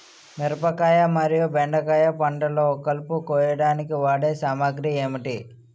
మిరపకాయ మరియు బెండకాయ పంటలో కలుపు కోయడానికి వాడే సామాగ్రి ఏమిటి?